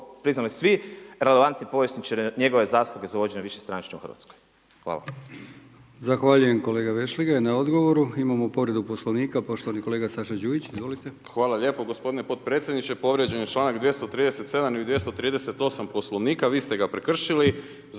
priznali svi relevantni povjesničari njegove zasluge za uvođenje višestranačja u Hrvatskoj. Hvala. **Brkić, Milijan (HDZ)** Zahvaljujem kolega Vešligaj na odgovoru. Imamo povredu Poslovnika, poštovani kolega Saša Đujić. Izvolite. **Đujić, Saša (SDP)** Hvala lijepo gospodine potpredsjedniče. Povrijeđen je čl. 237. i 238. Poslovnika, vi ste ga prekršili